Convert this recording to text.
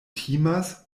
timas